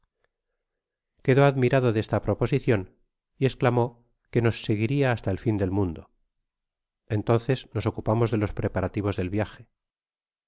quedó admirado de esta proposicion y esclamó que nos seguiria basta el ñn del mundo entonces nos ocupamos de los preparativos del viaje